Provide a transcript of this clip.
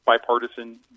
bipartisan